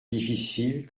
difficile